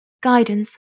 guidance